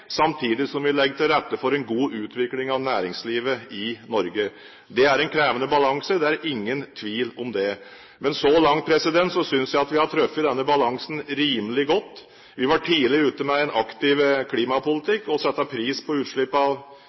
samtidig som vi legger til rette for en god utvikling av næringslivet i Norge. Det er en krevende balanse, det er ingen tvil om det. Men så langt synes jeg vi har truffet denne balansen rimelig godt. Vi var tidlig ute med en aktiv klimapolitikk og med å sette en pris på utslipp av